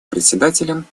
председателем